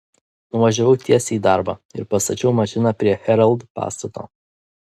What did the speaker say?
nuvažiavau tiesiai į darbą ir pastačiau mašiną prie herald pastato